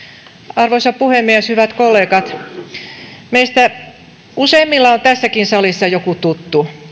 arvoisa puhemies hyvät kollegat meistä useimmilla on ystävä perheenjäsen tai tässäkin salissa joku tuttu